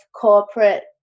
corporate